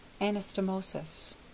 Anastomosis